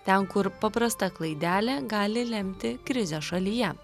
ten kur paprasta klaidelė gali lemti krizę šalyje